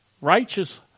righteous